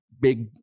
big